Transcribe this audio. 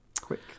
Quick